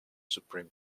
supreme